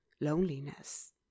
loneliness